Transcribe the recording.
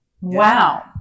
Wow